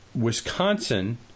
Wisconsin